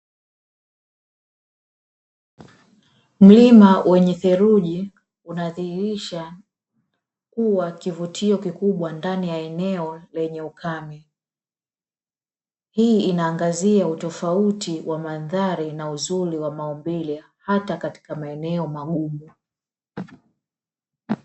Mlima wenye theluji unadhihilisha kuwa kivutio kikubwa ndani ya eneo lenye ukame, hii inaangazia utofauti wa mandhari na uzuri wa maumbile hata katika maeneo magumu.